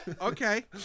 okay